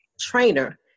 trainer